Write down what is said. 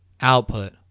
output